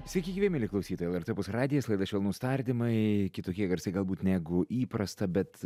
sveiki gyvi mieli klausytojai lrt opus radijas laida švelnūs tardymai kitokie garsai galbūt negu įprasta bet